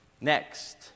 Next